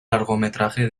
largometraje